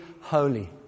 holy